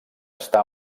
està